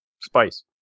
spice